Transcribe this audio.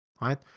Right